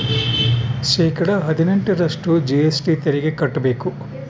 ಶೇಕಡಾ ಹದಿನೆಂಟರಷ್ಟು ಜಿ.ಎಸ್.ಟಿ ತೆರಿಗೆ ಕಟ್ಟ್ಬೇಕು